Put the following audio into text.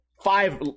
five